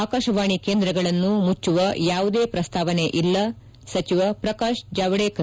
ಆಕಾಶವಾಣಿ ಕೇಂದ್ರಗಳನ್ನು ಮುಚ್ಚುವ ಯಾವುದೇ ಪ್ರಸ್ತಾವನೆ ಇಲ್ಲ ಸಚಿವ ಪ್ರಕಾಶ್ ಜಾವಡೇಕರ್